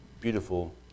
beautiful